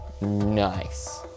Nice